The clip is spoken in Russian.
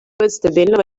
стабильного